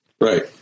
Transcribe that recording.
right